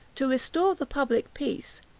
to restore the public peace,